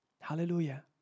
Hallelujah